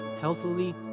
healthily